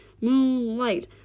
moonlight